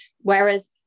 whereas